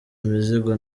imizigo